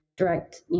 direct